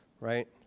right